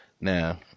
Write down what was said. Now